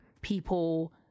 people